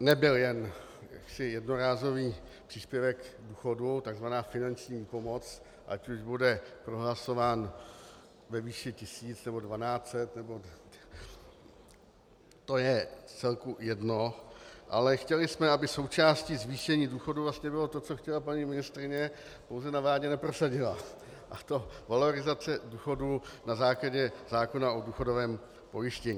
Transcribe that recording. nebyl jen jednorázový příspěvek k důchodu, takzvaná finanční výpomoc, ať už bude prohlasován ve výši tisíc, nebo dvanáct set, to je vcelku jedno, ale chtěli jsme, aby součástí zvýšení důchodů bylo to, co chtěla paní ministryně, ale pouze to na vládě neprosadila, a to valorizace důchodů na základě zákona o důchodovém pojištění.